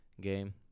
game